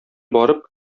барып